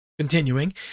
Continuing